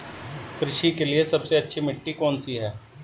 कृषि के लिए सबसे अच्छी मिट्टी कौन सी है?